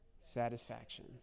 satisfaction